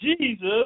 Jesus